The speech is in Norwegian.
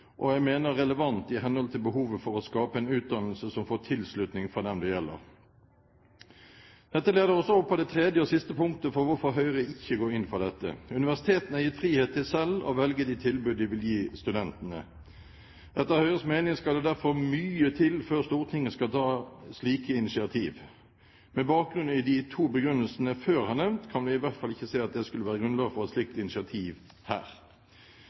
og jeg mener relevant i henhold til behovet for å skape en utdannelse som får tilslutning fra dem det gjelder. Dette leder oss over på det tredje og siste punktet for hvorfor Høyre ikke går inn for dette: Universitetene er gitt frihet til selv å velge de tilbud de vil gi studentene. Etter Høyres mening skal det derfor mye til før Stortinget skal ta slike initiativ. Med bakgrunn i de to begrunnelsene jeg før har nevnt, kan vi i hvert fall ikke se at det skulle være grunnlag for et slikt initiativ her.